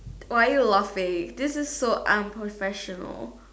or are you laughing this is so unprofessional